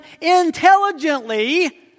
intelligently